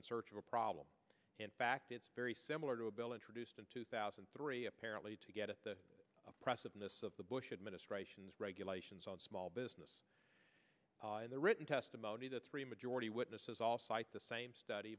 in search of a problem in fact it's very similar to a bill introduced in two thousand and three apparently to get at the oppressiveness of the bush administration's regulations on small business and the written testimony the three majority witnesses all cite the same study